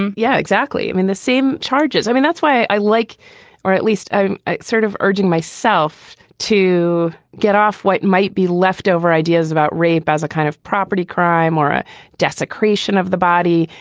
um yeah, exactly. i mean, the same charges. i mean, that's why i like or at least i'm sort of urging myself to get off what might be leftover ideas about rape as a kind of property crime or a desecration of the body.